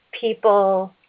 people